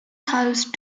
housed